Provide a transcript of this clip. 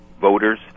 voters